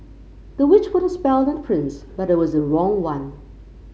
the witch put a spell on the prince but it was the wrong one